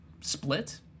split